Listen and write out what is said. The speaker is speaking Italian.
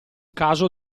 caso